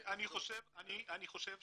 עם כל הכבוד,